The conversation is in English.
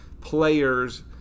players